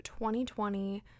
2020